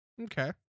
okay